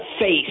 face